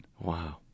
Wow